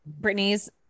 Britney's